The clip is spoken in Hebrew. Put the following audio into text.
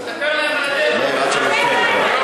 מאיר, עד שלוש דקות.